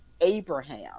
Abraham